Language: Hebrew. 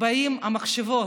באות המחשבות,